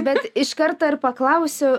bet iš karto ir paklausiu